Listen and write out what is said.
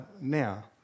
now